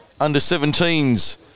under-17s